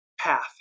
Path